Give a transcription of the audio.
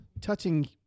touching